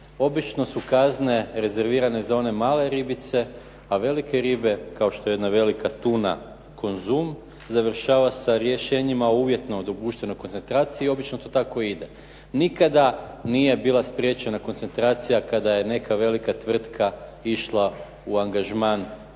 Obično su kazne rezervirane za one male ribice, a velike ribe, kao što je jedna velika tuna Konzum završava sa rješenjima uvjetno o dopuštenoj koncentraciji i obično to tako ide. Nikada nije bila spriječena koncentracija kada je neka velika tvrtka išla u angažman neke